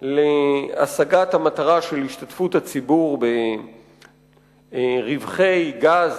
להשגת המטרה של השתתפות הציבור ברווחי גז,